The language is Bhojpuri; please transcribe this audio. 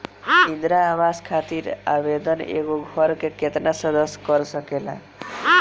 इंदिरा आवास खातिर आवेदन एगो घर के केतना सदस्य कर सकेला?